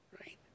Right